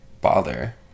bother